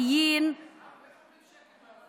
האחראים